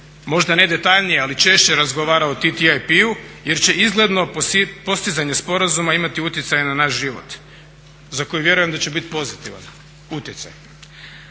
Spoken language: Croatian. možda ne detaljnije, ali češće razgovara o TTIP-u jer će izgledno postizanje sporazuma imati utjecaj na naš život, za koji vjerujem da će biti pozitivan utjecaj.